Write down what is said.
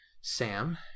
Sam